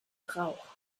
rauch